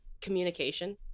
communication